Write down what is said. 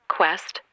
Quest